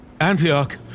Antioch